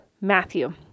Matthew